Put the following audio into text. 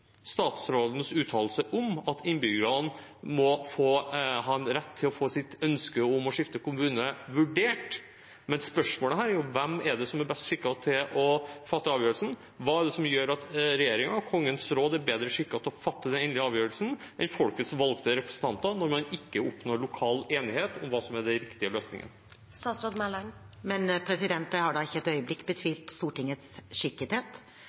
statsrådens uttalelse om at innbyggerne må få ha en rett til å få sitt ønske om å skifte kommune vurdert. Men spørsmålet her er: Hvem er det som er best skikket til å fatte avgjørelsen? Hva er det som gjør at regjeringen, Kongens råd, er bedre skikket til å fatte den endelige avgjørelsen enn folkets valgte representanter når man ikke oppnår lokal enighet om hva som er den riktige løsningen? Men jeg har da ikke et øyeblikk betvilt Stortingets skikkethet.